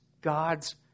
God's